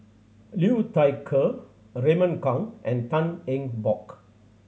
Liu Thai Ker Raymond Kang and Tan Eng Bock